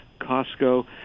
Costco